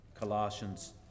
Colossians